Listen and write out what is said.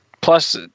plus